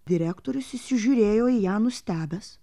direktorius įsižiūrėjo į ją nustebęs